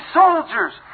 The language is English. soldiers